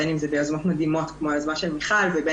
בין אם זה ביוזמות מדהימות כמו היוזמה של מיכל ובין